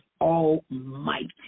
almighty